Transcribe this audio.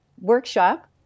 workshop